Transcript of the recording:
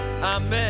Amen